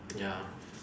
ya